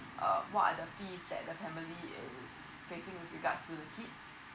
uh what are the fees that the family is facing regards to the kid